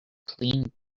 clean